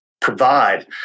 provide